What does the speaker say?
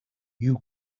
you